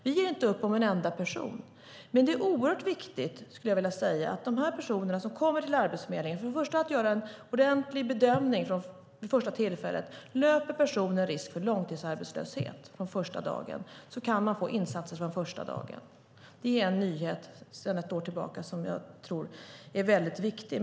Vi ger inte upp om en enda person. Det är dock oerhört viktigt, skulle jag vilja säga, att först och främst göra en ordentlig bedömning av dem som kommer till Arbetsförmedlingen - vid första tillfället. Löper personen risk för långtidsarbetslöshet kan man få insatser från första dagen. Det är en nyhet sedan ett år tillbaka som jag tror är väldigt viktig.